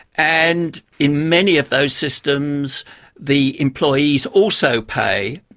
and in many of those systems the employees also pay.